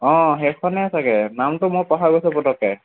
অঁ সেইখনে চাগে নামটো মই পাহৰি গৈছোঁ পটককৈ